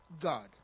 God